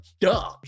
Duh